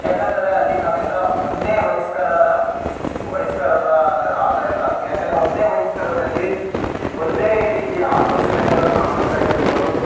ಯಾಕಂದರೆ ಅಲ್ಲಿ ನಾವೆಲ್ಲ ಒಂದೇ ವಯಸ್ಕರಾರ ವಯಸ್ಕರರ ಆದ ಆದ್ದರಿಂದ ಅದು ಯಾಕಂದರೆ ಅದು ಒಂದೇ ವಯಸ್ಕರರಲ್ಲಿ ಒಂದೇ ರೀತಿಯ ಆಲೋಚನೆಗಳ ಸಾಮರ್ಥ್ಯ ಆಗಿರ್ಬೋದು